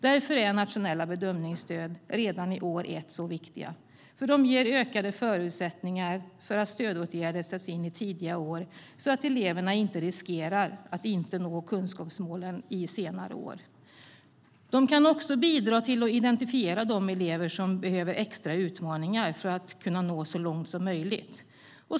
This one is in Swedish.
Därför är nationella bedömningsstöd redan i årskurs 1 så viktiga. De ger nämligen ökade förutsättningar för att stödåtgärder sätts in i tidiga år, så att eleverna inte riskerar att inte nå kunskapsmålen i senare årskurser. Stöden kan också bidra till att identifiera de elever som behöver extra utmaningar för att nå så långt som möjligt.